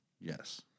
yes